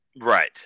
right